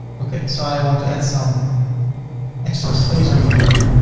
okay. so i want to add some extra space over here.